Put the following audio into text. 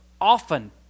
often